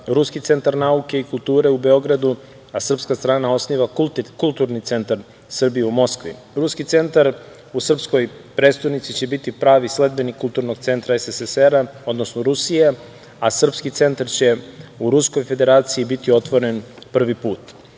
Ruski centar nauke i kulture u Beogradu, a srpska strana osniva Kulturni centar Srbije u Moskvi. Ruski centar u srpskoj prestonici će biti pravi sledbenik Kulturnog centra SSSR, odnosno Rusije, a srpski centar će u Ruskoj Federaciji biti otvoren prvi